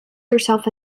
herself